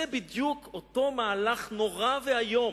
זה בדיוק אותו מהלך נורא ואיום